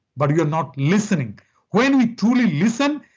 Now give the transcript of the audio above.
but you're not listening when we truly listen,